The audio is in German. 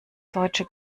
deutsche